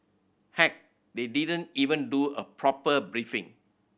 heck they didn't even do a proper briefing